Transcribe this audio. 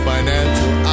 Financial